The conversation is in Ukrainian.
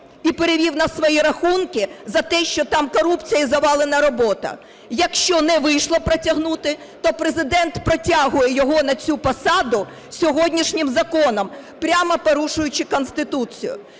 і перевів на свої рахунки за те, що там корупцією завалена робота, якщо не вийшло протягнути, то Президент протягує його на цю посаду сьогоднішнім законом, прямо порушуючи Конституцію.